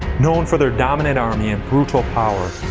known for their dominant army and brutal power,